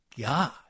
God